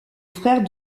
frère